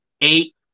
eight